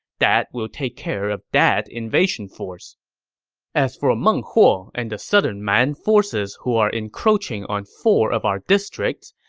that will take care of that invasion force as for meng huo and the southern man forces that are encroaching on four of our districts,